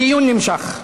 הדיון נמשך.